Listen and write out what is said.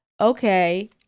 okay